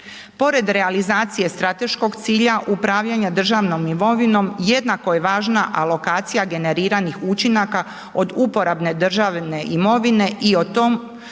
Pored realizacije strateškog cilja upravljanja državnom imovinom jednako je važna alokacija generiranih učinaka od uporabne državne imovine i o tom